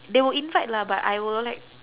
they will invite lah but I will like